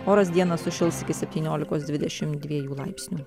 oras dieną sušils iki septyniolikos dvidešimt dviejų laipsnių